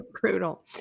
Brutal